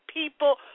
people